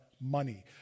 money